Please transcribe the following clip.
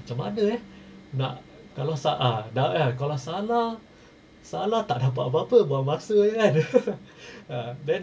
macam mana eh nak kalau sa~ ah dah eh kalau salah salah tak dapat apa-apa buang masa kan ah then